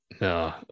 No